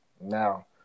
Now